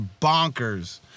bonkers